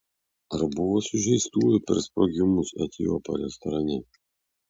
ar buvo sužeistųjų per sprogimus etiopo restorane